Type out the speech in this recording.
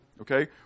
okay